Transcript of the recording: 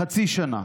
חצי שנה,